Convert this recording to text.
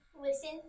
Listen